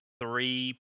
three